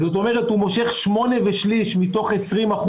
זאת אומרת הוא מושך שמונה ושליש מתוך 20%,